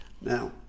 Now